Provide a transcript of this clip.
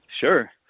Sure